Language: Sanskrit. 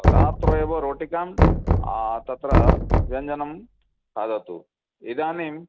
रात्रौ एव रोटिकां तत्र व्यञ्जनं खादतु इदानीम्